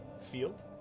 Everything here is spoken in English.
field